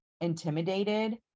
intimidated